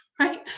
right